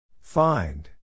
Find